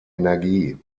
energie